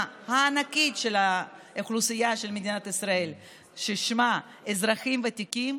הענקית של האוכלוסייה של מדינת ישראל ששמה אזרחים ותיקים,